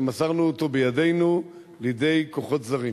שמסרנו אותו בידינו לידי כוחות זרים.